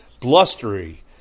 blustery